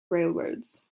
railroads